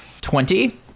Twenty